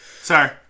Sorry